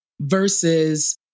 versus